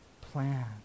plan